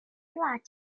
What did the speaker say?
glad